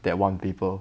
that one paper